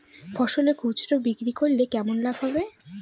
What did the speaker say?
ফসল খুচরো বিক্রি করলে কেমন লাভ হবে?